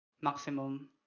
maximum